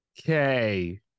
Okay